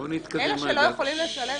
אלה שלא יכולים לשלם,